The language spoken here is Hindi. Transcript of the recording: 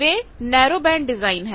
वे नैरोबैंड डिजाइन है